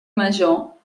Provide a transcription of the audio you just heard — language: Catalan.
major